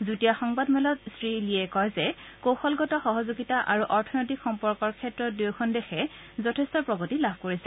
যুটীয়া সংবাদমেলত শ্ৰী লিয়ে কয় যে কৌশলগত সহযোগিতা আৰু অৰ্থনৈতিক সম্পৰ্কৰ ক্ষেত্ৰত দুয়োখন দেশে যথেষ্ট প্ৰগতি লাভ কৰিছে